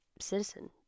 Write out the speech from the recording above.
citizen